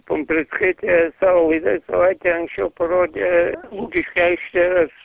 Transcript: pumprickaitė savo laidoj savaitė anksčiau parodė lukiškių aikštės